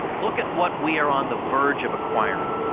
look at what we are on the verge of acquiring